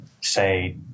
say